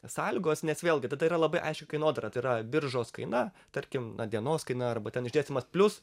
sąlygos nes vėlgi tada yra labai aiški kainodara tai yra biržos kaina tarkim dienos kaina arba ten išdėstymas plius